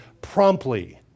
promptly